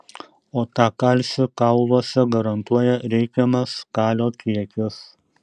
o tą kalcį kauluose garantuoja reikiamas kalio kiekis